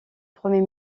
premier